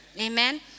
amen